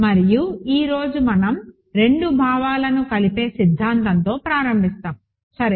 మరియు ఈ రోజు మనం రెండు భావాలను కలిపే సిద్ధాంతంతో ప్రారంభిస్తాము సరే